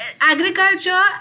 agriculture